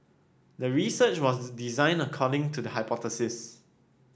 the research was designed according to the hypothesis